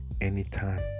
anytime